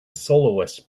soloist